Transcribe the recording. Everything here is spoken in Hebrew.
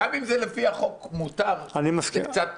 גם אם זה לפי החוק מותר --- אני מסכים אתך.